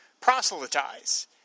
proselytize